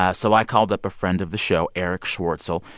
ah so i called up a friend of the show, erich schwartzel.